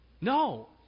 No